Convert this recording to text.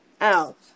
out